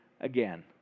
again